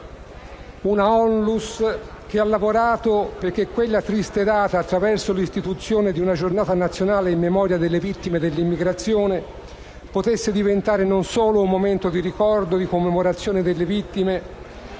una ONLUS che ha lavorato perché quella triste data, attraverso l'istituzione di una giornata nazionale in memoria delle vittime dell'immigrazione, potesse diventare non solo un momento di ricordo e commemorazione delle vittime,